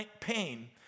pain